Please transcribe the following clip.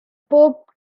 pope